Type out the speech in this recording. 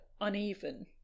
uneven